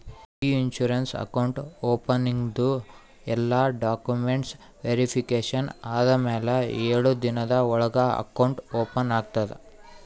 E insurance account ಓಪನಿಂಗ್ದು ಎಲ್ಲಾ documents verification ಆದಮ್ಯಾಲ ಎಳು ದಿನದ ಒಳಗ ಅಕೌಂಟ್ ಓಪನ್ ಆಗ್ತದ